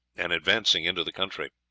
and advancing into the country.